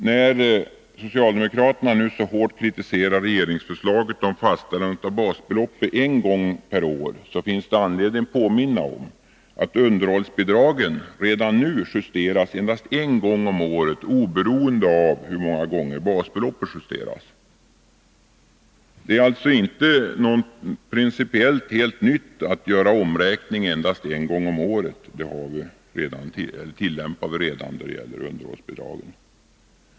När socialdemokraterna nu så hårt kritiserar regeringsförslaget om fastställande av basbelopp en gång per år, finns det anledning att påminna om att underhållsbidragen redan nu justeras endast en gång om året oberoende av hur många gånger basbeloppet justeras. Det är alltså inte något principiellt helt nytt att man gör omräkning endast en gång om året. Vi tillämpar det redan när det gäller underhållsbidrag.